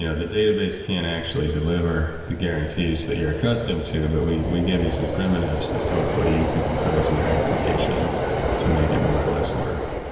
you know the database can actually deliver the guarantees that you're accustomed to, but we we give you some primitives of what you can compose in your application to make it more less work.